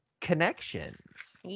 connections